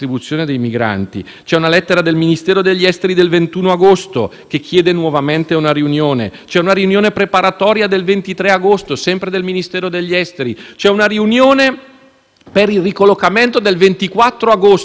riunione preparatoria del 23 agosto, sempre del Ministero degli esteri; c'è una riunione per il ricollocamento del 24 agosto, il giorno prima dello sbarco. Tutto questo nel più totale naufragio - questo sì